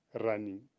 running